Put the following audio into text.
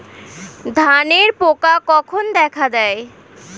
ধানের পোকা কখন দেখা দেয়?